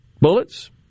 bullets